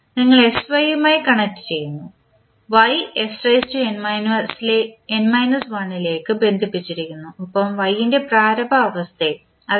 നിങ്ങൾ sy യുമായി connect ചെയ്യുന്നു y ലേക്ക് ബന്ധിപ്പിച്ചിരിക്കുന്നു ഒപ്പം y ൻറെ പ്രാരംഭ അവസ്ഥയും അതായത്